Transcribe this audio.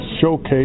showcase